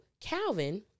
Calvin